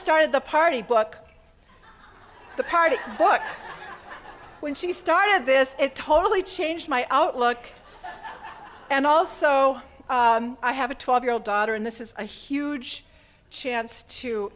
started the party book the party book when she started this it totally changed my outlook and also i have a twelve year old daughter and this is a huge chance to